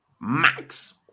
Max